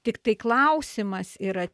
tiktai klausimas yra